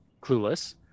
*Clueless*